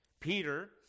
Peter